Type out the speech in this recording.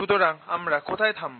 সুতরাং আমরা কোথায়ে থামব